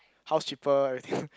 house cheaper everything